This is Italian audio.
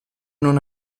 non